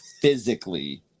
physically